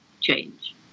change